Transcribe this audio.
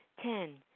Ten